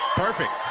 perfect.